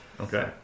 Okay